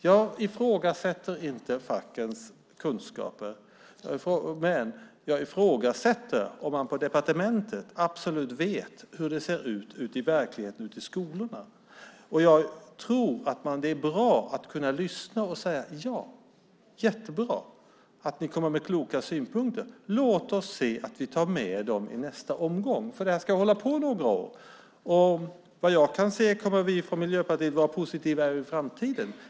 Jag ifrågasätter inte fackens kunskaper. Men jag ifrågasätter om man på departementet absolut vet hur det ser ut ute i verkligheten, ute i skolorna. Jag tror att det är bra att kunna lyssna och säga: Ja, jättebra att ni kommer med kloka synpunkter. Låt oss ta med dem i nästa omgång. Detta ska hålla på under några år. Vad jag kan se kommer vi från Miljöpartiet att vara positiva även i framtiden.